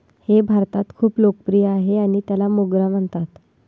हे भारतात खूप लोकप्रिय आहे आणि त्याला मोगरा म्हणतात